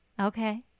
Okay